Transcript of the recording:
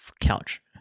couch